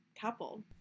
couple